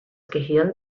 gehirn